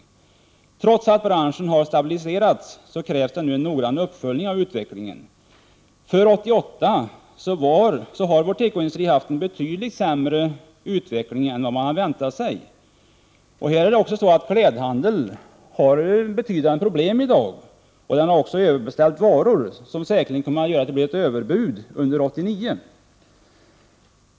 Trots att branschen har stabiliserats krävs en noggrann uppföljning av utvecklingen. Under 1988 har vår tekoindustri haft en betydligt sämre produktionsutveckling än vad man väntat sig. Klädhandeln har i dag betydande problem. Den har också överbeställt varor, vilket gör att det säkerligen kommer att bli ett överutbud 1989.